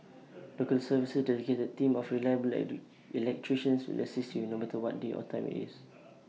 local service's dedicated team of reliable electricians will assist you no matter what day or time IT is